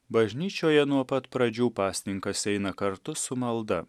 bažnyčioje nuo pat pradžių pasninkas eina kartu su malda